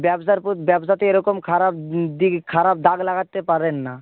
ব্যবসার উপর ব্যবসাতে এরকম খারাপ দিক খারাপ দাগ লাগাতে পারেন না